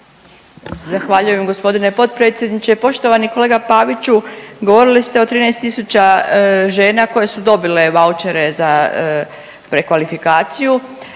Zahvaljujem gospodine potpredsjedniče. Poštovani kolega Paviću govorili ste o 13.000 žena koje su dobile vaučere za prekvalifikaciju.